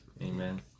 Amen